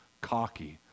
cocky